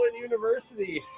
university